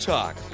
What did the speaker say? Talk